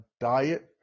diet